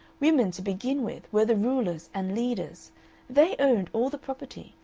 women to begin with were the rulers and leaders they owned all the property,